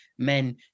men